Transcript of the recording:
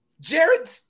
Jared